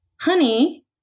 honey